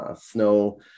Snow